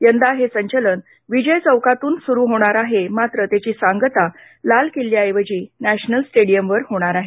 यंदा हे संचलन विजय चौकातूनच होणार आहे मात्र त्याची सांगता लाल किल्ल्याऐवजी नॅशनल स्टेडीयमवरच होणार आहे